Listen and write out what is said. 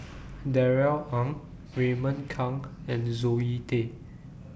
Darrell Ang Raymond Kang and Zoe Tay